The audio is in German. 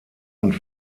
und